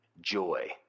joy